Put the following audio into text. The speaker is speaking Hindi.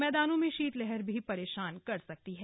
मैदानों में शीतलहर भी परेशान कर सकती है